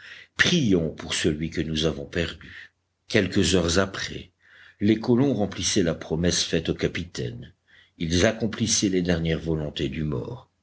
prions pour celui que nous avons perdu quelques heures après les colons remplissaient la promesse faite au capitaine ils accomplissaient les dernières volontés du mort